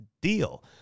deal